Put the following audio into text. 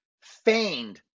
feigned